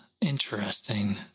Interesting